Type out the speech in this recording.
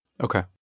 Okay